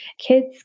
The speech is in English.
Kids